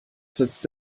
sitzt